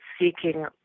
seeking